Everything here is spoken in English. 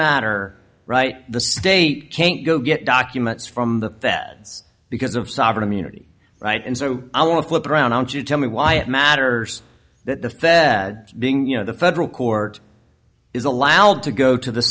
matter right the state can't go get documents from the us because of sovereign immunity right and so i want to flip around and you tell me why it matters that the thread being you know the federal court is allowed to go to the